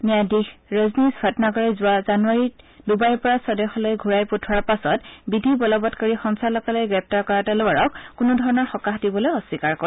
ন্যায়াধীশ ৰজনীশ ভাটনাগৰে যোৱা জানুৱাৰীত ডুবাইৰ পৰা স্বদেশলৈ ঘুৰাই পঠিওৱাৰ পাছত বিধি বলবৎকাৰী সঞালকালয়ে গ্ৰেপ্তাৰ কৰা টলৱাৰক কোনো ধৰণৰ সকাহ দিবলৈ অস্বীকাৰ কৰে